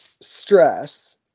stress